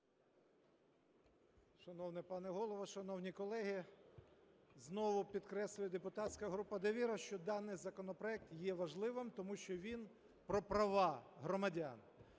Шановний пане Голово, шановні колеги, знову підкреслює депутатська група "Довіра", що даний законопроект є важливим, тому що він про права громадян,